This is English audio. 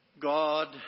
God